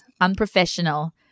unprofessional